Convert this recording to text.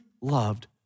loved